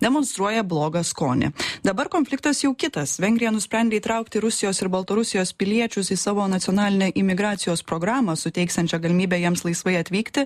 demonstruoja blogą skonį dabar konfliktas jau kitas vengrija nusprendė įtraukti rusijos ir baltarusijos piliečius į savo nacionalinę imigracijos programą suteiksiančią galimybę jiems laisvai atvykti